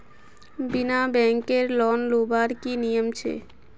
बिना बैंकेर लोन लुबार की नियम छे?